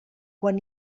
quan